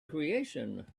creation